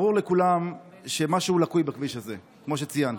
ברור לכולם שמשהו לקוי בכביש הזה, כמו שציינת.